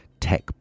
tech